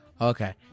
Okay